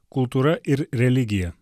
kultūra ir religija